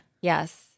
Yes